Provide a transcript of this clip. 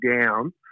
down